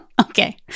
Okay